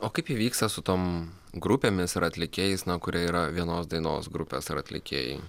o kaip įvyksta su tom grupėmis ir atlikėjais kurie yra vienos dainos grupės ar atlikėjai